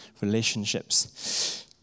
relationships